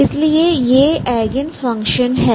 इसलिए ये again function हैं